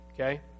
Okay